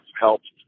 helped